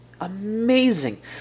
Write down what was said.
Amazing